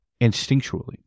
instinctually